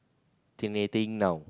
~tinating now